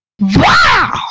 Wow